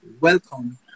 welcome